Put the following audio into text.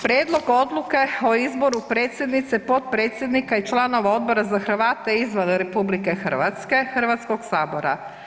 Prijedlog odluke o izboru predsjednice, potpredsjednika i članova Odbora za Hrvate izvan RH Hrvatskog sabora.